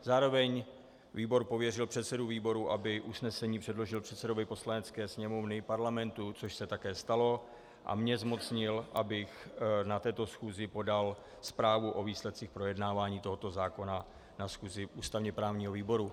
Zároveň výbor pověřil předsedu výboru, aby usnesení předložil předsedovi Poslanecké sněmovny Parlamentu, což se také stalo, a mě zmocnil, abych na této schůzi podal zprávu o výsledcích projednávání tohoto zákona na schůzi ústavněprávního výboru.